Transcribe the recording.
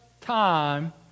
time